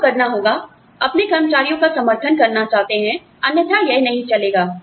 आपको करना होगा अपने कर्मचारियों का समर्थन करना चाहते हैं अन्यथा यह नहीं चलेगा